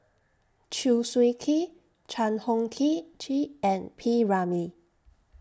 Chew Swee Kee Chan Heng Key Chee and P Ramlee